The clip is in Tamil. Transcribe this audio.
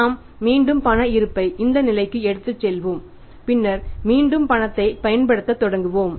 நாம் மீண்டும் பண இருப்பை இந்த நிலைக்கு எடுத்துச் செல்வோம் பின்னர் மீண்டும் பணத்தைப் பயன்படுத்தத் தொடங்குவோம்